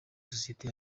sosiyete